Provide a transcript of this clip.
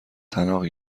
طلاق